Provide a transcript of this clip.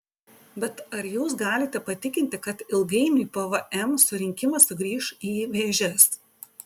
bet ar jūs galite patikinti kad ilgainiui pvm surinkimas sugrįš į vėžes